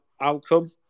outcome